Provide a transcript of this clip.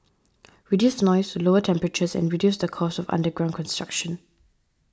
reduce noise lower temperatures and reduce the cost of underground construction